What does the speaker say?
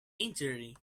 injury